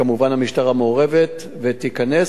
כמובן המשטרה מעורבת ותיכנס.